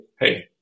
hey